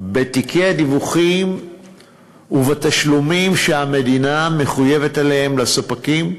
בתיקי הדיווחים ובתשלומים שהמדינה מחויבת אליהם לספקים,